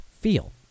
feel